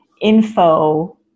info